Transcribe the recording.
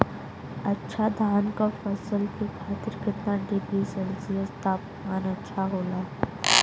अच्छा धान क फसल के खातीर कितना डिग्री सेल्सीयस तापमान अच्छा होला?